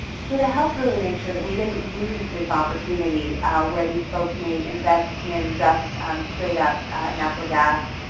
so, the help really makes sure that we didn't lose this opportunity where these folks may invest in just straight-up natural gas.